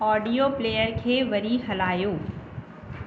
audio player खे वरी हलायो